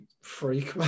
freak